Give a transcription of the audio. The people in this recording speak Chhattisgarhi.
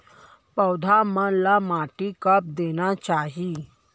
पौधा मन ला माटी कब देना चाही?